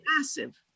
massive